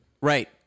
Right